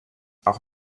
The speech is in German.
auch